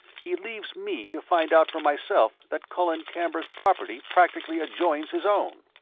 he leaves me to find out for myself that colin camber's property practically adjoins his own!